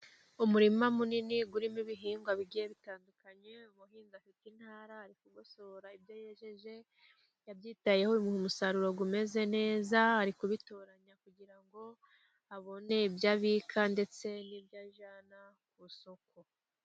Umurima munini, urimo ibihingwa bigiye bitandukanye, iyo umuhinzi afite intara, arigosorera, ibyo yejeje yabyitayeho, bimuha umusaruro umeze neza, ari kubitoranya kugira ngo abone ibyo abika, ndetse n'ibyo ajyana ku isoko.